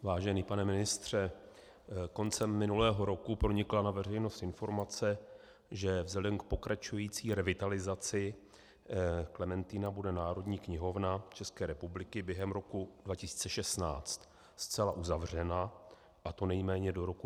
Vážený pane ministře, koncem minulého roku pronikla na veřejnost informace, že vzhledem k pokračující revitalizaci Klementina bude Národní knihovna České republiky během roku 2016 zcela uzavřena, a to nejméně do roku 2019.